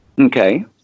Okay